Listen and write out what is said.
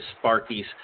Sparky's